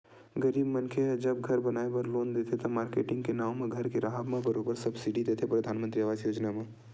गरीब मनखे ह जब घर बनाए बर लोन देथे त, मारकेटिंग के नांव म घर के राहब म बरोबर सब्सिडी देथे परधानमंतरी आवास योजना म